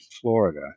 Florida